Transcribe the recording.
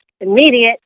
immediate